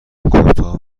کوتاه